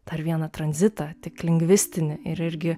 dar vieną tranzitą tik lingvistinį ir irgi